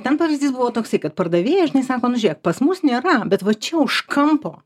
ten pavyzdys buvo toksai kad pardavėjas žinai sakom nu žiūrėk pas mus nėra bet va čia už kampo